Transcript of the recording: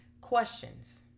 questions